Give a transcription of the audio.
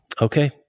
Okay